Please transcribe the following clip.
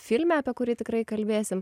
filme apie kurį tikrai kalbėsim